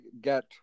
get